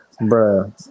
bro